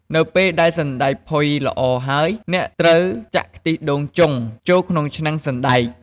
នៅពេលដែលសណ្ដែកផុយល្អហើយ អ្នកត្រូវចាក់ខ្ទិះដូងចុង ចូលក្នុងឆ្នាំងសណ្ដែក។